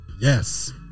Yes